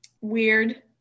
Weird